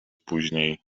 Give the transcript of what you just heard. później